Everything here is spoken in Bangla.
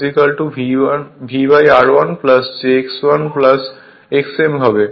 সুতরাং I আসলে v r1 jx1 xm হবে